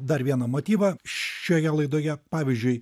dar vieną motyvą šioje laidoje pavyzdžiui